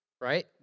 right